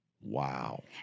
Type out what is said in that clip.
Wow